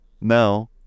no